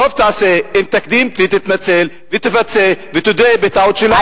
טוב תעשה אם תקדים ותתנצל ותפצה ותודה בטעות שלה ותיקח אחריות.